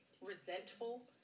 resentful